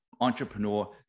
entrepreneur